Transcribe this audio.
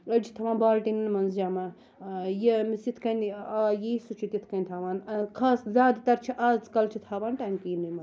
أڈۍ چھِ تھاوان بالٹیٖنَن مَنٛز جَمع ییٚمِس یِتھ کنۍ یِیہِ سُہ چھُ تِتھ کنۍ تھاوان خاص زیادٕ تَر چھ آزکَل چھِ تھاوان ٹیٚنکیٖنی مَنٛز آب جَمَع